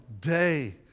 day